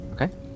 Okay